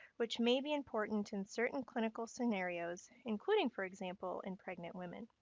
which may be important in certain clinical scenarios, including, for example, in pregnant women.